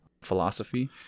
philosophy